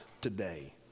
today